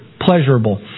pleasurable